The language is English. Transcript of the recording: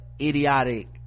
idiotic